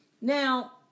Now